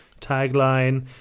tagline